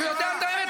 הוא יודע את האמת.